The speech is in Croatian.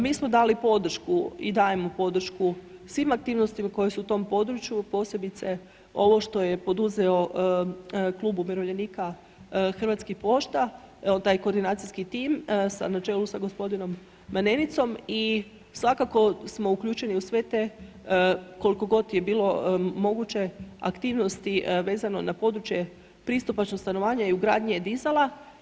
Mi smo dali podršku i dajemo podršku svim aktivnostima koje su u tom području, posebice ovo što je poduzeo klub umirovljenika Hrvatskih pošta, taj koordinacijski tim na čelu sa gospodinom Manenicom i svako smo uključeni u sve te, koliko god je bilo moguće aktivnosti vezano na područje pristupačnosti i stanovanja i ugradnje dizala.